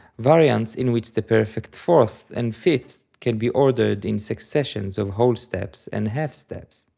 variants in which the perfect fourths and fifths can be ordered in successions of whole steps and half steps.